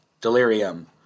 Delirium